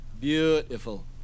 Beautiful